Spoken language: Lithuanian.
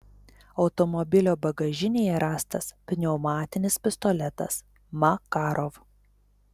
automobilio bagažinėje rastas pneumatinis pistoletas makarov